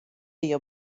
wie